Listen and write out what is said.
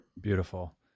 Beautiful